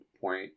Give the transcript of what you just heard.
point